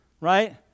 right